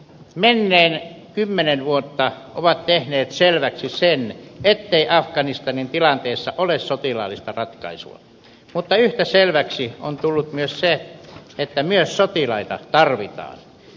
menneet kymmenen vuotta ovat tehneet selväksi sen ettei afganistanin tilanteessa ole sotilaallista ratkaisua mutta yhtä selväksi on tullut se että myös sotilaita tarvitaan